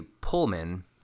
pullman